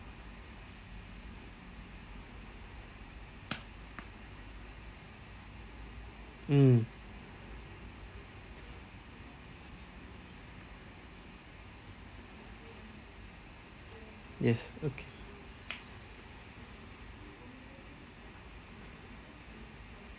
mm yes okay